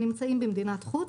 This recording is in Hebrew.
הנמצאים במדינת חוץ,